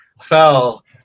fell